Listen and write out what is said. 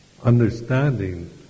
understanding